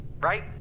right